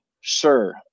sure